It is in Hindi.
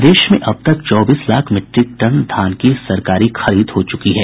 प्रदेश में अब तक चौबीस लाख मीट्रिक टन धान की सरकारी खरीद हो चुकी है